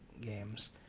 games